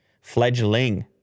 Fledgling